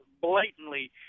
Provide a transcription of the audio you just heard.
blatantly